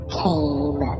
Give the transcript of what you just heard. came